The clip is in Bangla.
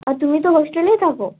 আর তুমি তো হোস্টেলেই থাকো